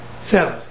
Seven